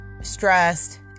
stressed